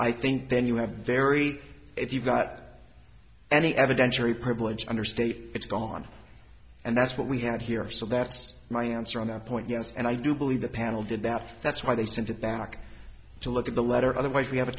i think then you have a very if you've got any evidentiary privilege understate it's gone and that's what we have here of so that's my answer on that point yes and i do believe the panel did that that's why they sent it back to look at the letter otherwise we have a